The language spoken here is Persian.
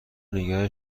نگه